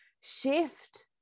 shift